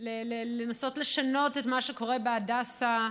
של לנסות לשנות את מה שקורה בהדסה,